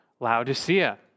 Laodicea